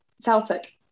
celtic